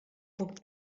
poc